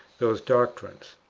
those doctrines.